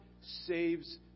saves